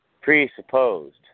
presupposed